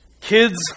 Kids